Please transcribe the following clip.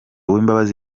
uwimbabazi